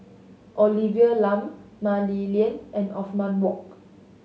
Olivia Lum Mah Li Lian and Othman Wok